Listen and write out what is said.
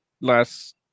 last